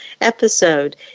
episode